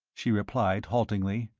she replied, haltingly.